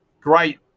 Great